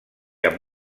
amb